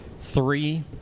Three